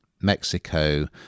Mexico